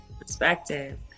perspective